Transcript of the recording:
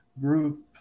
group